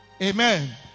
Amen